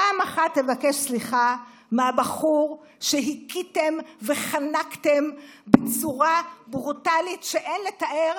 פעם אחת תבקש סליחה מהבחור שהכיתם וחנקתם בצורה ברוטלית שאין לתאר,